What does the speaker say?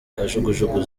kajugujugu